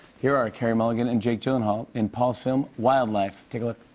here are carey mulligan and jake gyllenhaal in paul's film wildlife. take a look.